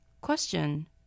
Question